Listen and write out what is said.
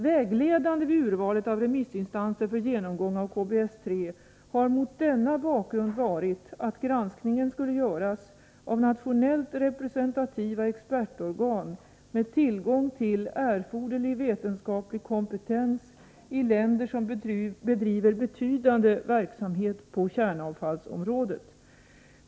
Vägledande vid urvalet av remissinstanser för genomgång av KBS-3 har mot denna bakgrund varit att granskningen skulle göras av nationellt representativa expertorgan med tillgång till erforderlig vetenskaplig kompetens i länder som bedriver betydande verksamhet på kärnavfallsområdet.